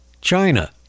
China